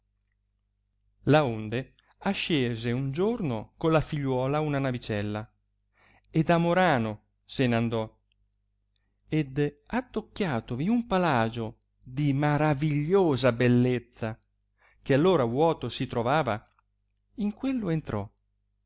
laonde ascese un giorno con la figliuola una navicella ed a morano se n'andò ed adocchiatovi un palagio di maravigliosa bellezza che allora vuoto si trovava in quello entrò